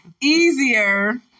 easier